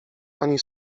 ani